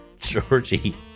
Georgie